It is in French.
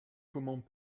comment